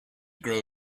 grow